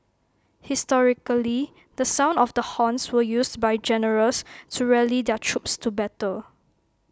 historically the sound of the horns were used by generals to rally their troops to battle